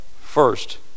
First